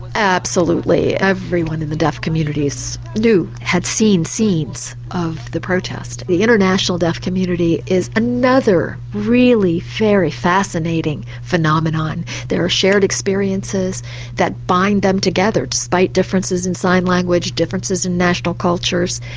absolutely. everyone in the deaf communities knew, had seen scenes of the protest. the international deaf community is another really very fascinating phenomenon. there are shared experiences that bind them together despite differences in sign language, differences in national cultures,